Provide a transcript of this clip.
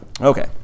Okay